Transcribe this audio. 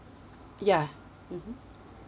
ya mmhmm